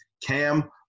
cam